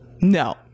no